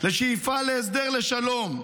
לשאיפה להסדר שלום,